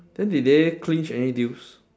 then did they clinch any deals